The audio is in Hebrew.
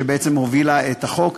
שבעצם הובילה את החוק.